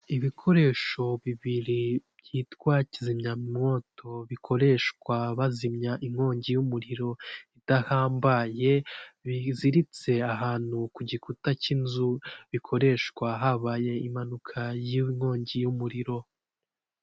Ibikoresho bibiri byitwa kizimyamowoto bikoreshwa bazimya inkongi y'umuriro idahambaye biziritse ahantu ku gikuta cy'inzu bikoreshwa habaye impanuka y'inkongi y'umuriro.